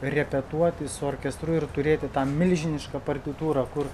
repetuoti su orkestru ir turėti tą milžinišką partitūrą kur